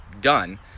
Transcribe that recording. done